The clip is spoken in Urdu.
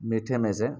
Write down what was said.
میٹھے میں سے